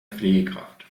pflegekraft